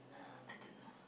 uh I don't know